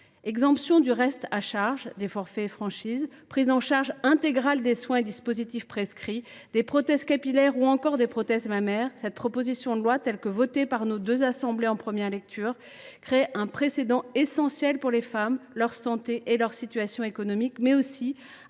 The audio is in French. Exemption du reste à charge des forfaits et franchises, prise en charge intégrale des soins et dispositifs prescrits, des prothèses capillaires ou encore des prothèses mammaires : cette proposition de loi, qui sera, je l’espère, votée par les deux chambres en première lecture, crée un précédent essentiel pour les femmes, leur santé et leur situation économique, mais aussi